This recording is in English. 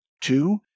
Two